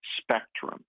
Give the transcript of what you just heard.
spectrum